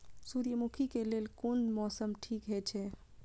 सूर्यमुखी के लेल कोन मौसम ठीक हे छे?